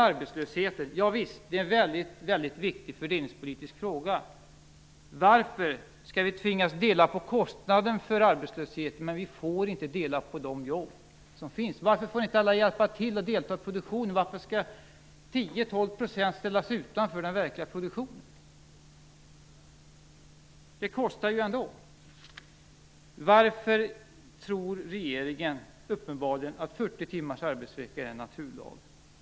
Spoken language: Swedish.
Arbetslösheten - ja visst, den är en väldigt viktig fördelningspolitisk fråga. Varför skall vi tvingas dela på kostnaden för arbetslösheten men inte få dela på de jobb som finns? Varför får inte alla hjälpa till och delta i produktionen? Varför skall 10-12 % ställas utanför den verkliga produktionen? Det kostar ju ändå. Varför tror regeringen uppenbarligen att 40 timmars arbetsvecka är en naturlag?